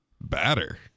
Batter